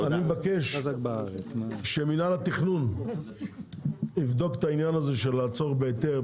אני מבקש שמינהל התכנון יבדוק את העניין הזה של לעצור בהיתר,